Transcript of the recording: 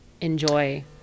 enjoy